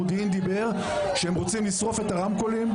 המודיעין אמר שהם רוצים לשרוף את הרמקולים,